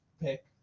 pick